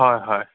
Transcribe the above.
হয় হয়